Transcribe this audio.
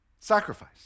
Sacrifice